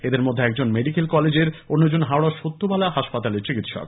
এদের মধ্যে একজন মেডিকেল কলেজের অন্যজন হাওড়ার সত্যবালা হাসপাতালের চিকিৎসক